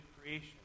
creation